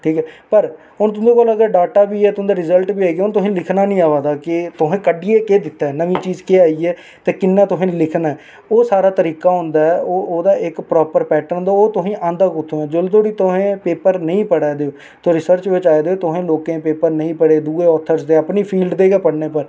ठीक ऐ पर अगर हून तुंदे कोल अगर डाटा बी ऐ तुं'दा रजल्ट बी ऐ हून तुसें लिखना निं अवा दा के तुसें कड्डियै केह् दित्ता ऐ नमीं चीज केह् आई ऐ ते कि'यां तुसें लिखना ऐ ओह् सारा तरीका होंदा ऐ ओह्दा इक प्रापर पैटर्न होंदा ओह् तुसेंगी आंदा कुत्थूं ऐ जेल्लै धोड़ी तुस पेपर नेईं पढ़ा दे ओ ते रिसर्च बिच्च आखदे जे तुसें लोकें दे पेपर नेईं पढ़े दूए आथर्स दे अपनी फील्ड दे गै पढ़ने पर